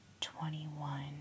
Twenty-one